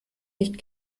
nicht